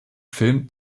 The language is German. film